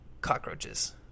cockroaches